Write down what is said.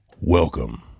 Welcome